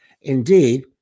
Indeed